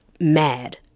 mad